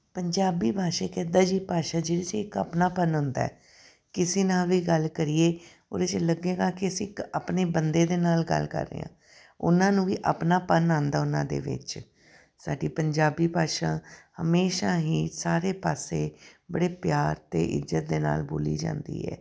ਪੰਜਾਬੀ ਭਾਸ਼ਾ ਇੱਕ ਇੱਦਾਂ ਜੀ ਭਾਸ਼ਾ ਜਿਹਦੇ 'ਚ ਇੱਕ ਆਪਣਾ ਪਣ ਆਉਂਦਾ ਕਿਸੇ ਨਾਲ ਵੀ ਗੱਲ ਕਰੀਏ ਉਹਦੇ 'ਚ ਲੱਗੇਗਾ ਕਿ ਅਸੀਂ ਇੱਕ ਆਪਣੇ ਬੰਦੇ ਦੇ ਨਾਲ ਗੱਲ ਕਰ ਰਹੇ ਹਾਂ ਉਹਨਾਂ ਨੂੰ ਵੀ ਆਪਣਾ ਪਣ ਆਉਂਦਾ ਉਹਨਾਂ ਦੇ ਵਿੱਚ ਸਾਡੀ ਪੰਜਾਬੀ ਭਾਸ਼ਾ ਹਮੇਸ਼ਾ ਹੀ ਸਾਰੇ ਪਾਸੇ ਬੜੇ ਪਿਆਰ ਅਤੇ ਇੱਜ਼ਤ ਦੇ ਨਾਲ ਬੋਲੀ ਜਾਂਦੀ ਹੈ